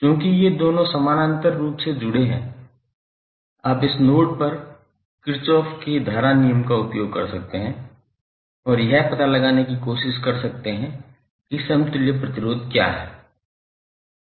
चूँकि ये दोनों समानांतर रूप से जुड़े हुए हैं आप इस नोड पर किरचॉफ के धारा नियम का उपयोग कर सकते हैं और यह पता लगाने की कोशिश कर सकते हैं कि समतुल्य प्रतिरोध क्या है